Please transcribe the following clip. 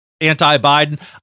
anti-Biden